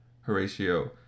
horatio